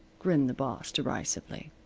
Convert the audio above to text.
grinned the boss, derisively.